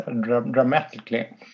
dramatically